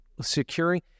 securing